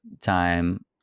time